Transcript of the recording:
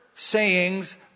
sayings